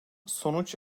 sonuç